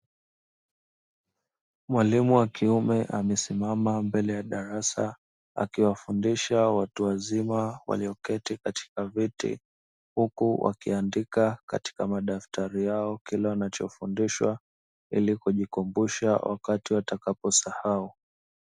Mwalimu wa kiume amesimama mbele ya darasa, akiwafundisha watu wazima walioketi katika viti, huku wakiandika katika madaftari yao kile wanachofundishwa ili kujikumbusha wakati watakaposahau.